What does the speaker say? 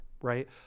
right